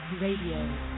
Radio